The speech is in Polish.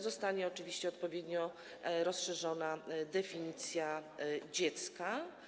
Zostanie oczywiście odpowiednio rozszerzona definicja dziecka.